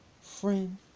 friend